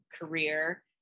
career